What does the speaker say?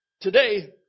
Today